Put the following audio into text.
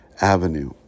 avenue